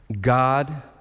God